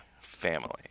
Family